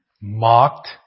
Mocked